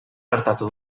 gertatu